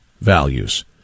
values